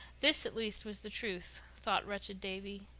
this, at least, was the truth, thought wretched davy.